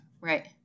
Right